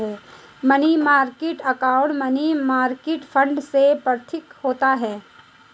money market account money market fund से पृथक होता है